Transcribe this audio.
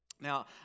Now